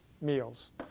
meals